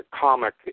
Comic